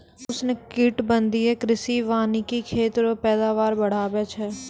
उष्णकटिबंधीय कृषि वानिकी खेत रो पैदावार बढ़ाबै छै